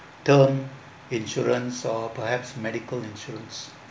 term insurance or perhaps medical insurance